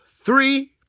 three